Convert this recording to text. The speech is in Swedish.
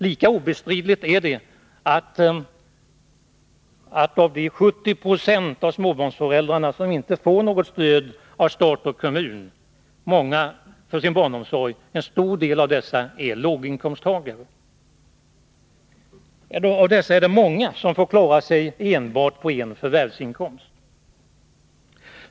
Lika obestridligt är det att av de 70 26 av småbarnsföräldrarna som inte får något stöd av stat och kommun för sin barnomsorg är en stor del låginkomsttagare. Av dessa är det många som får klara sig på enbart en förvärvsinkomst.